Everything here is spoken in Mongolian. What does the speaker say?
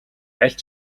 аль